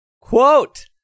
quote